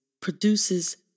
produces